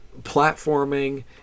platforming